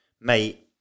Mate